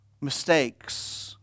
mistakes